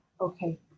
okay